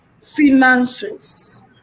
finances